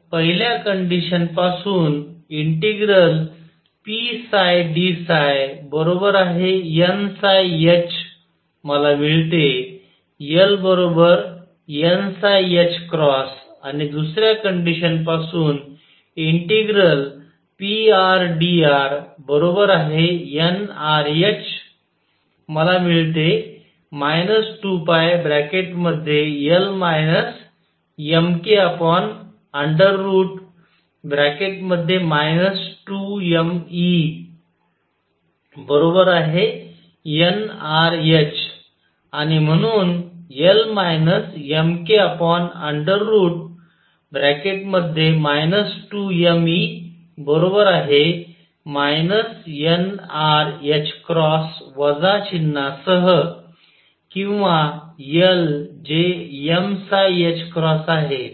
तर पहिल्या कंडिशन पासून ∫pdφ nHमला मिळते L n आणि दुसऱ्या कंडिशन पासून ∫prdr nrh मला मिळते 2πL mk 2mE nrh आणि म्हणून L mk 2mE nr वजा चिन्हासह किंवा L जे m आहे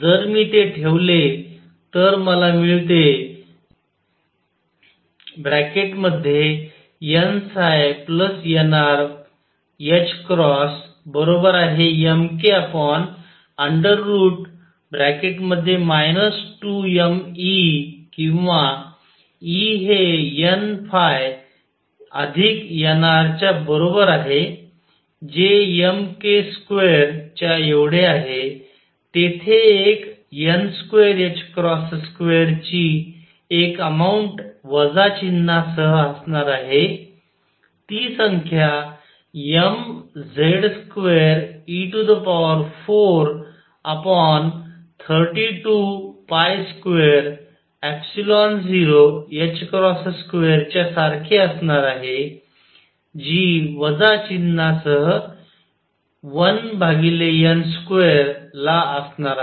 जर मी ते ठेवले तर मला मिळते nnrℏ mk 2mE किंवा E हे n phi अधिक nr च्या बरोबर आहे जे m k2च्या एवढे आहे तेथे एक n22 ची एक अमाऊंट वजा चिन्हासह असणार आहे ती संख्या mZ2e4322022 च्या सारखी असणार आहे जी वजा चिन्हासह 1 भागिले n2 ला असणार आहे